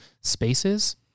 spaces